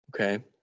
Okay